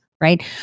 right